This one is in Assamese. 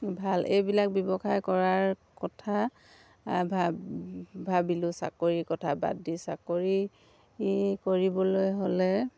ভাল এইবিলাক ব্যৱসায় কৰাৰ কথা ভাবিলোঁ চাকৰি কথা বাদ দি চাকৰি কৰিবলৈ হ'লে